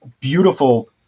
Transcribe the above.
beautiful